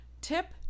Tip